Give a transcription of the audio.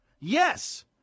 Yes